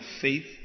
faith